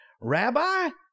Rabbi